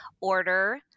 order